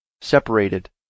separated